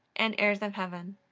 and heirs of heaven.